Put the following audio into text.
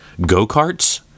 go-karts